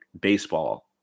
baseball